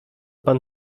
pan